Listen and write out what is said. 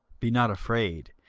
be not afraid,